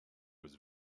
was